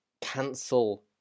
cancel